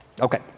Okay